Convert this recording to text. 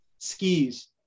skis